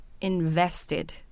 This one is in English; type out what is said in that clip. invested